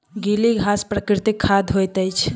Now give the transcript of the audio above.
गीली घास प्राकृतिक खाद होइत अछि